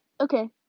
okay